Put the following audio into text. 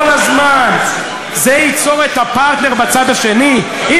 אבל הליכוד של היום זה לא הליכוד של אז.